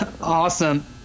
Awesome